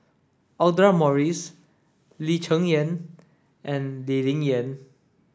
Audra Morrice Lee Cheng Yan and Lee Ling Yen